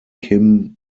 kim